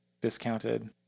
discounted